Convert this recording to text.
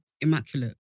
immaculate